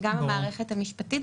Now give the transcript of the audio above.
וגם המערכת המשפטית,